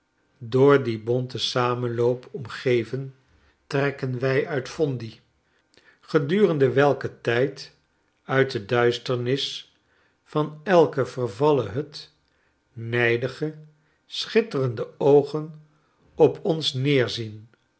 door dien bonten samenloop omgeven trekken wij uit fondi gedurende welken tijd uit de duisternis van elke vervallenhut nijdige schitterende oogen op onsneerzien